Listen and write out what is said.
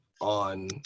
on